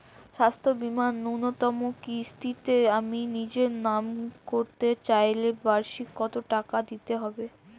স্বাস্থ্য বীমার ন্যুনতম কিস্তিতে আমি নিজের নামে করতে চাইলে বার্ষিক কত টাকা দিতে হবে?